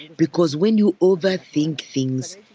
because when you overthink things,